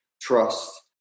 trust